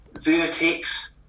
Vertex